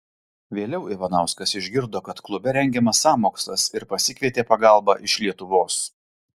vėliau ivanauskas išgirdo kad klube rengiamas sąmokslas ir pasikvietė pagalbą iš lietuvos